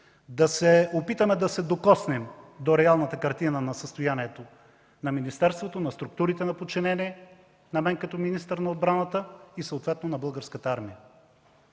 да се опитаме да се докоснем до реалната картина на състоянието на министерството, на структурите на подчинение на мен като министър на отбраната и съответно на Българската армия.